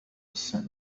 السن